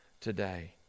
today